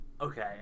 okay